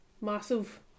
massive